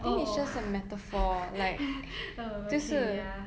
oh oh uh okay ya